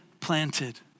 planted